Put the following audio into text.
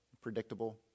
predictable